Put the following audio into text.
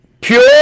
Pure